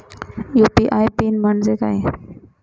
UPI PIN म्हणजे काय?